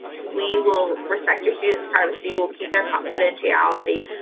we will respect your student's privacy, we'll keep their confidentiality,